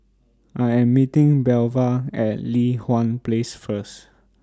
I Am meeting Belva At Li Hwan Place First